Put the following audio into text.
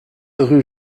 rue